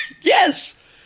Yes